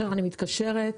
אני מתקשרת,